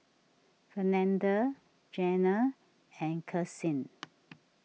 Fernanda Jana and Karsyn